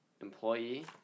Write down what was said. Employee